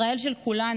ישראל של כולנו,